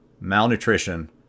malnutrition